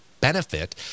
benefit